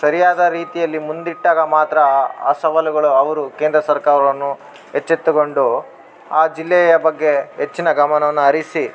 ಸರಿಯಾದ ರೀತಿಯಲ್ಲಿ ಮುಂದಿಟ್ಟಾಗ ಮಾತ್ರ ಆ ಸವಾಲುಗಳು ಅವರು ಕೇಂದ್ರ ಸರ್ಕಾರವನ್ನು ಎಚ್ಚೆತ್ತುಕೊಂಡು ಆ ಜಿಲ್ಲೆಯ ಬಗ್ಗೆ ಹೆಚ್ಚಿನ ಗಮನವನ್ನು ಹರಿಸಿ